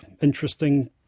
interesting